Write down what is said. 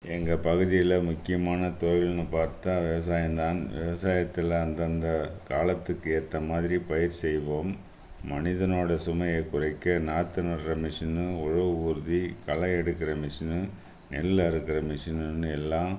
எங்கள் பகுதியில் முக்கியமான தொழிலுன்னு பார்த்தா விவசாயந்தான் விவசாயத்தில் அந்தந்த காலத்துக்கு ஏற்ற மாதிரி பயிர் செய்வோம் மனிதனோடய சுமையை குறைக்க நாற்று நடுகிற மிஷினு உழவு ஊர்தி களை எடுக்கிற மிஷினு நெல் அறுக்கிற மிஷினுன்னு எல்லாம்